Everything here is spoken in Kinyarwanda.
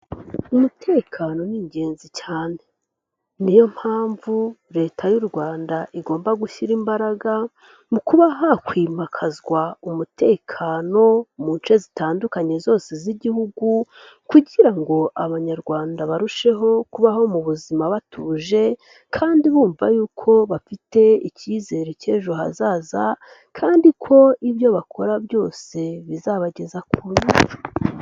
Umutekano ni ingenzi cyane ni yo mpamvu Leta y'u Rwanda igomba gushyira imbaraga mu kuba hakwimakazwa umutekano mu nshe zitandukanye zose z'igihugu kugira ngo Abanyarwanda barusheho kubaho mu buzima batuje kandi bumva yuko bafite ikizere k'ejo hazaza kandi ko ibyo bakora byose bizabageza kure.